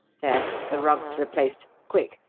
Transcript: there! the rug's replaced. quick!